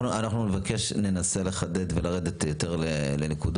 אנחנו נבקש, ננס לחדד ולרדת יותר לנקודות.